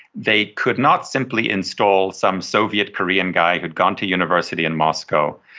they could not simply install some soviet korean guy who had gone to university in moscow,